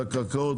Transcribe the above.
את הקרקעות,